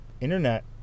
internet